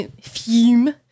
fume